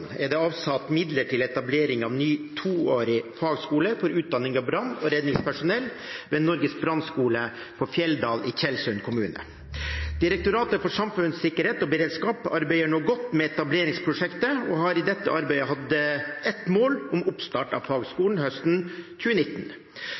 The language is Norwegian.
er det avsatt midler til etablering av en ny toårig fagskole for utdanning av brann- og redningspersonell ved Norges brannskole på Fjelldal i Tjeldsund kommune. Direktoratet for samfunnssikkerhet og beredskap arbeider nå godt med etableringsprosjektet, og har i dette arbeidet hatt et mål om oppstart av